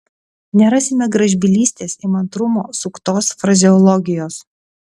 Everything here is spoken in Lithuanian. nerasime gražbylystės įmantrumo suktos frazeologijos